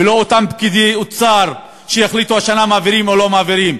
ולא אותם פקידי אוצר שיחליטו: השנה מעבירים או לא מעבירים.